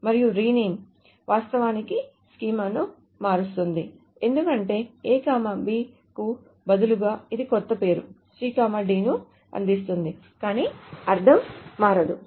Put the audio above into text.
మరియు రీనేమ్ వాస్తవానికి స్కీమాను మారుస్తుంది ఎందుకంటే A B కు బదులుగా ఇది క్రొత్త పేరు C D ను అందిస్తుంది కానీ అర్థం మారదు